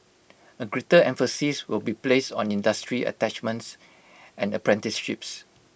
A greater emphasis will be placed on industry attachments and apprenticeships